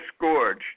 gorge